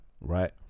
right